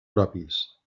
propis